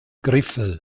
griffel